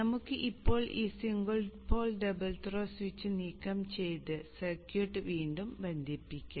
നമുക്ക് ഇപ്പോൾ ഈ single pole double throw switch നീക്കം ചെയ്ത് സർക്യൂട്ട് വീണ്ടും ബന്ധിപ്പിക്കാം